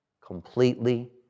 completely